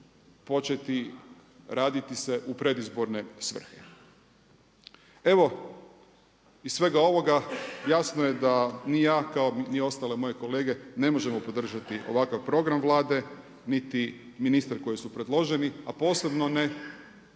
početi radi sve u predizborne svrhe. Evo iz svega ovoga jasno je da ni ja kao ni ostale moje kolege ne možemo podržati ovakav program Vlade niti ministre koje su predloženi, a ne posebno ne